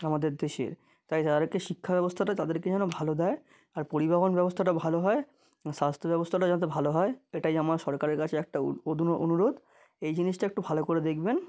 আমাদের দেশের তাই তাদেরকে শিক্ষা ব্যবস্থাটা তাদেরকে যেন ভালো দেয় আর পরিবহণ ব্যবস্থাটা ভালো হয় স্বাস্থ্য ব্যবস্থাটা যাতে ভালো হয় এটাই আমার সরকারের কাছে একটা অনুরোধ এই জিনিসটা একটু ভালো করে দেখবেন